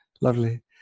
lovely